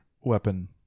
weapon